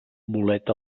bolet